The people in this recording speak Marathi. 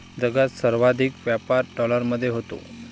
जगात सर्वाधिक व्यापार डॉलरमध्ये होतो